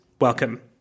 welcome